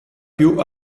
più